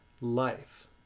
life